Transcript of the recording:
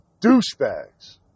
douchebags